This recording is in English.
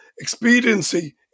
expediency